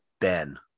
Ben